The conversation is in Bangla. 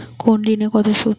কোন ঋণে কত সুদ?